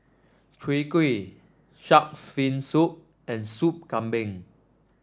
Chwee Kueh shark's fin soup and Soup Kambing